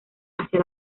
hacia